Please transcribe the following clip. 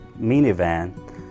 minivan